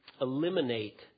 eliminate